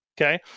Okay